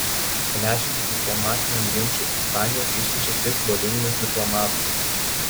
plečiantis diplomatiniam ginčui ispanija išsiunčia tris bolivijos diplomatus